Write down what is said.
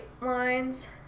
lines